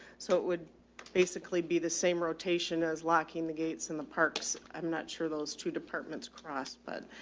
so it would basically be the same rotation as locking the gates in the parks. i'm not sure those two departments cross, but,